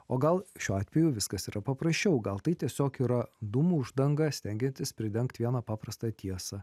o gal šiuo atveju viskas yra paprasčiau gal tai tiesiog yra dūmų uždanga stengiantis pridengti vieną paprastą tiesą